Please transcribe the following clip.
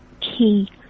key